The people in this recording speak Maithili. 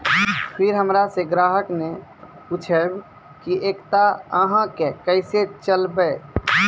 फिर हमारा से ग्राहक ने पुछेब की एकता अहाँ के केसे चलबै?